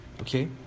okay